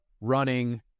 running